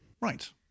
Right